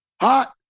Hot